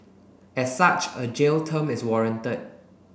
as such a jail term is warranted